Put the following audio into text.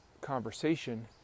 conversation